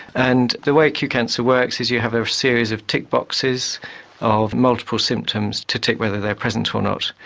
and the way qcancer works is you have a series of tick boxes of multiple symptoms to tick whether they are present or not.